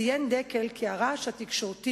ציין דקל כי הרעש התקשורתי